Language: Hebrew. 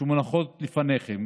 שמונחות לפניכם